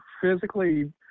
physically